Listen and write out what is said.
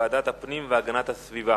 לוועדת הפנים והגנת הסביבה